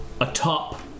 atop